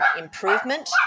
improvement